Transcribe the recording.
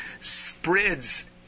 spreads